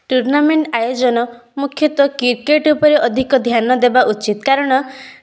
tournament ଆୟୋଜନ ମୁଖ୍ୟତଃ cricket ଉପରେ ଅଧିକ ଧ୍ୟାନ ଦେବା ଉଚିତ୍ କାରଣ